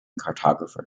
cartographer